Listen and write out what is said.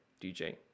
DJ